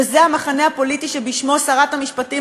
וזה המחנה הפוליטי שבשמו שרת המשפטים